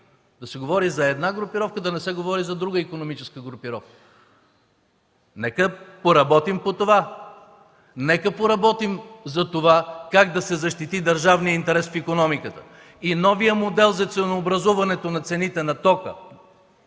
да се говори за една групировка, а да не се говори за друга икономическа групировка. Нека поработим по това. Нека поработим как да се защити държавният интерес в икономиката. Новият модел за ценообразуване на цените на тока